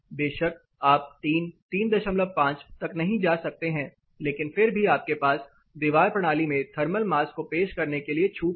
बेशक आप 3 35 तक नहीं जा सकते हैं लेकिन फिर भी आपके पास दीवार प्रणाली में थर्मल मास को पेश करने के लिए छूट है